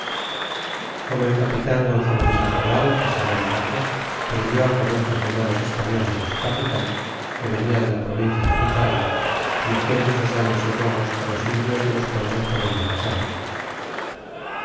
como el capitan gonzalo de sandoval que estaba en naco prendit s quarenta soldados españoles y su capitan que venia de la provincia de nicaragua y bacian muchos daños y robos los indios de los pueblos por donde pasaban